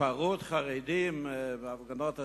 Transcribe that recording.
"התפרעות חרדים בהפגנות השבת".